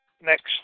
next